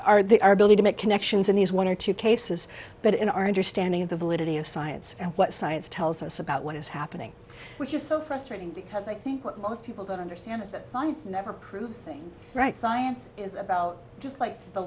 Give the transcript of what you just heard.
the our ability to make connections in these one or two cases but in our understanding of the validity of science and what science tells us about what is happening which is so frustrating because i think what most people don't understand is that science never proves things right science is about just like the